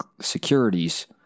securities